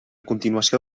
continuació